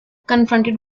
confronted